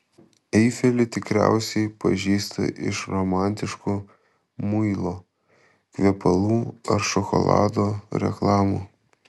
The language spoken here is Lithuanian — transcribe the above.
eifelį tikriausiai pažįsta iš romantiškų muilo kvepalų ar šokolado reklamų